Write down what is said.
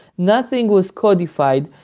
nothing was codified.